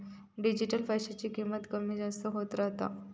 digital पैशाची किंमत कमी जास्त होत रव्हता